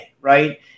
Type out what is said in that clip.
right